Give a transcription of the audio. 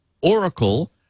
Oracle